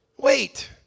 Wait